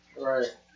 Right